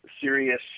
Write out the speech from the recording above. serious